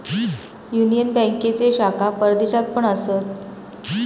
union बँकेचे शाखा परदेशात पण असत